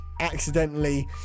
accidentally